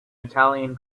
italian